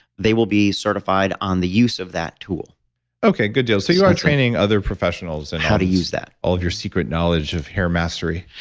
they will be certified on the use of that tool okay, good deal. so you are training other professionals in. and how to use that. all of your secret knowledge of hair mastery?